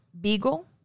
Beagle